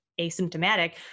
asymptomatic